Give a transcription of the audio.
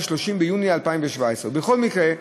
30 ביוני 2017. בכל מקרה,